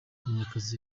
munyakazi